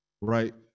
right